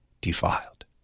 defiled